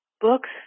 books